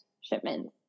shipments